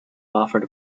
offered